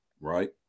right